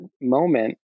moment